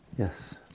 Yes